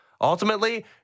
ultimately